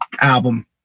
album